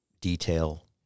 detail